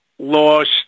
lost